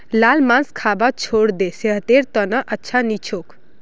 लाल मांस खाबा छोड़े दे सेहतेर त न अच्छा नी छोक